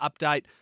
update